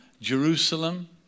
Jerusalem